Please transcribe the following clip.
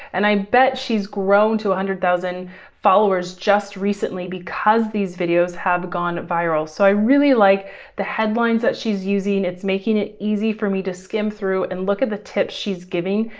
and i bet she's grown to a hundred thousand followers just recently because these videos have gone viral. so i really like the headlines that she's using. it's making it easy for me to skim through and look at the tips she's giving.